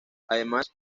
además